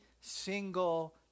single